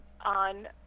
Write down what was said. on